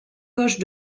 poches